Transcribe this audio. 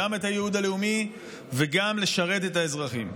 גם את הייעוד הלאומי וגם לשרת את האזרחים.